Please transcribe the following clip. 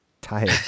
tired